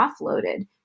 offloaded